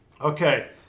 Okay